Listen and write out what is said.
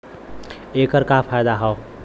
ऐकर का फायदा हव?